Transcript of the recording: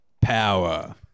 power